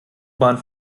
bahn